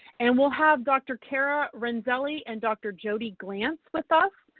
and we'll have dr. cara renzelli and dr. jody glance with us.